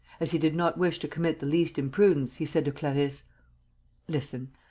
as he did not wish to commit the least imprudence, he said to clarisse listen.